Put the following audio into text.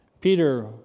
Peter